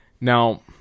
Now